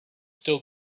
still